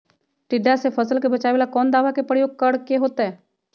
टिड्डा से फसल के बचावेला कौन दावा के प्रयोग करके होतै?